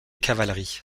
cavalerie